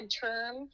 term